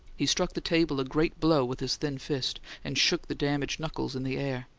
he struck the table a great blow with his thin fist, and shook the damaged knuckles in the air.